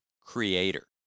creator